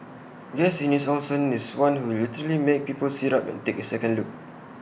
Guess Eunice Olsen is one who will literally make people sit up and take A second look